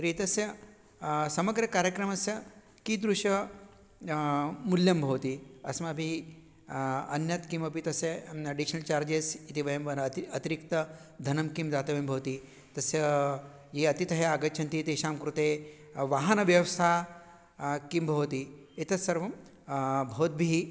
तर्हि एतस्य समग्रकार्यक्रमस्य कीदृशं मूल्यं भवति अस्माभिः अन्यत् किमपि तस्य अडिशनल् चार्जेस् इति वयं वदामः अतिरिक्तम् अतिरिक्तधनं किं दातव्यं भवति तस्य ये अतिथयः आगच्छन्ति तेषां कृते वाहनव्यवस्था किं भवति एतत् सर्वं भवद्भिः